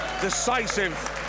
decisive